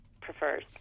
prefers